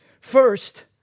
First